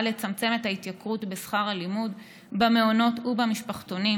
לצמצם את ההתייקרות בשכר הלימוד במעונות ובמשפחתונים,